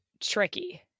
tricky